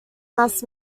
mass